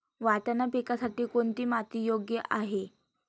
वाटाणा पिकासाठी कोणती माती योग्य आहे?